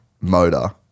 motor